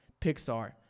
Pixar